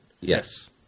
Yes